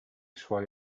suoi